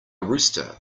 rooster